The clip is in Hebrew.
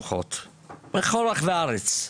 בכל רחבי הארץ,